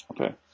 Okay